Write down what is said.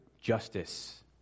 justice